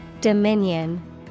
Dominion